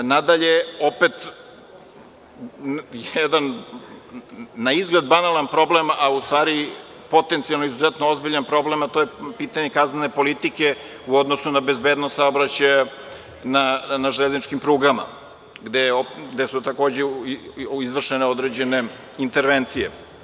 Nadalje, opet jedan, na izgled, banalan problem, a u stvari potencijalno izuzetno ozbiljan problem, a to je pitanje kaznene politike u odnosu na bezbednost saobraćaja na železničkim prugama, gde su takođe izvršene određene intervencije.